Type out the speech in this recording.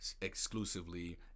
exclusively